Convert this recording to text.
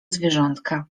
zwierzątka